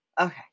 Okay